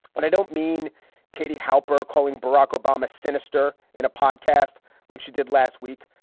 but i don't mean katie halper calling barack obama's sinister in a podcast like she did last week.